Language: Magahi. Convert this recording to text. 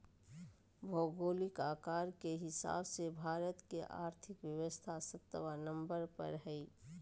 भौगोलिक आकार के हिसाब से भारत के और्थिक व्यवस्था सत्बा नंबर पर हइ